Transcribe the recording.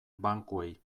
bankuei